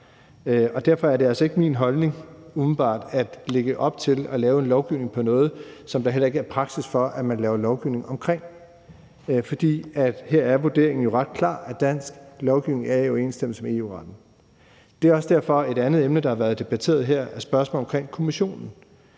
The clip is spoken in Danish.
umiddelbart at lægge op til at lave en lovgivning om noget, som der heller ikke er praksis for at man laver lovgivning om. For her er vurderingen ret klar, at dansk lovgivning er i overensstemmelse med EU-retten. Det er også derfor, at et andet emne, der været debatteret her, er spørgsmålet omkring Kommissionen,